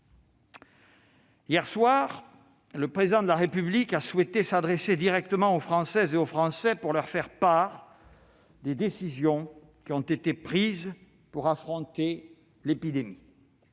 Hier soir, le Président de la République a souhaité s'adresser directement aux Françaises et aux Français pour leur faire part des décisions qui ont été prises pour affronter l'épidémie.